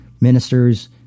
ministers